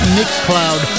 Mixcloud